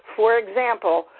for example,